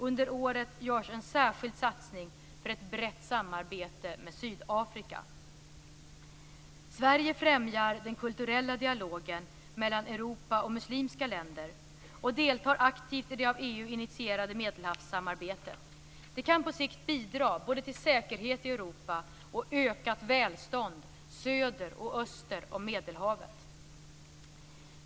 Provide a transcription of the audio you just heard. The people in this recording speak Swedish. Under året görs en särskild satsning för ett brett samarbete med Sydafrika. Sverige främjar den kulturella dialogen mellan Europa och muslimska länder och deltar aktivt i det av EU initierade Medelhavssamarbetet. Det kan på sikt bidra både till säkerhet i Europa och till ökat välstånd söder och öster om Medelhavet.